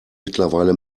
mittlerweile